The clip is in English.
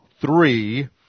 three